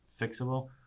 fixable